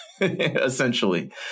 Essentially